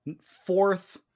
fourth